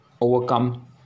overcome